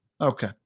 Okay